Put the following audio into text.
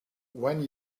when